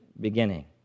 beginning